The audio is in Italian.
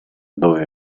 dove